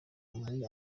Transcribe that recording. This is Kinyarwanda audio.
muri